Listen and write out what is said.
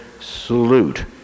salute